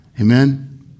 Amen